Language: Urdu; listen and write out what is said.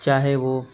چاہے وہ